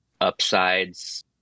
upsides